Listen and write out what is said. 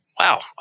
wow